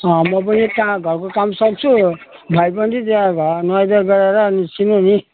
म पनि घरको काम सक्छु भाइ पनि तयार भएर नुहाई धुवाई गरेर निस्किनु नि